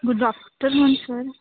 good afternoon sir